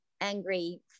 angry